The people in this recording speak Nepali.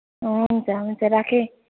हुन्छ हुन्छ राखेँ